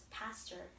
pastor